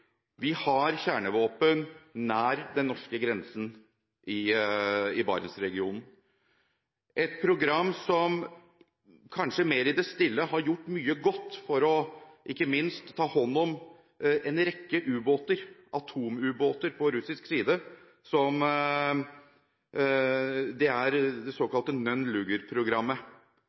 Vi har kjernevåpen nær den norske grensen i Barentsregionen. Et program som kanskje mer i det stille har gjort mye godt for ikke minst å ta hånd om en rekke atomubåter på russisk side, er det såkalte Nunn-Lugar-programmet, som har pågått i 20 år. Dette er